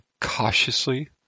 cautiously